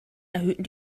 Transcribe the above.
erhöhten